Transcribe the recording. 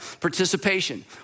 participation